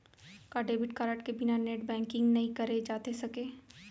का debit card के बिना नेट बैंकिंग नई करे जाथे सके?